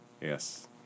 Yes